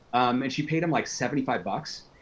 and she paid him like seventy five bucks,